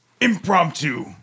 impromptu